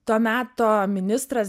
to meto ministras